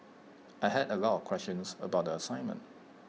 I had A lot of questions about the assignment